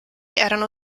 erano